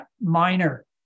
minor